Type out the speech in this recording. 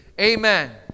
Amen